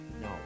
No